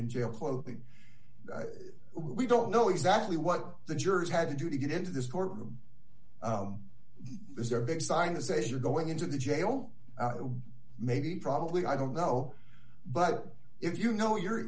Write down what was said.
in jail clothing we don't know exactly what the jurors had to do to get into this courtroom is there a big sign to say you're going into the jail maybe probably i don't know but if you know you're